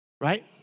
right